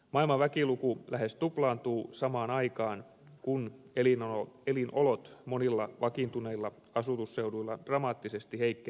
maailman väkiluku lähes tuplaantuu samaan aikaan kun elinolot monilla vakiintuneilla asutusseuduilla dramaattisesti heikkenevät